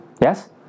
yes